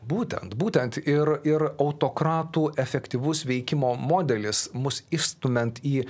būtent būtent ir ir autokratų efektyvus veikimo modelis mus išstumiant į